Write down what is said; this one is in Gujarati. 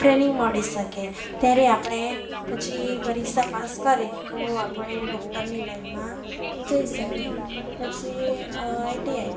ટ્રેનિંગ મળી શકે ત્યારે આપણે પછી પરીક્ષા પાસ કરીએ તો આપણે ડૉક્ટરની લાઈનમાં જઈ શકીએ પછી આઈટીઆઈ